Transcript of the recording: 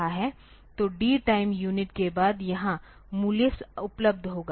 तो D time unit के बाद यहां मूल्य उपलब्ध होगा